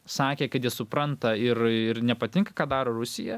sakė kad jis supranta ir ir nepatinka ką daro rusija